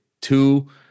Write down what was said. two